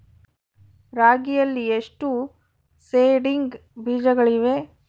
ರಾಗಿಯಲ್ಲಿ ಎಷ್ಟು ಸೇಡಿಂಗ್ ಬೇಜಗಳಿವೆ?